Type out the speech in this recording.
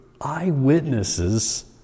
eyewitnesses